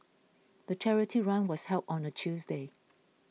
the charity run was held on a Tuesday